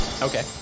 Okay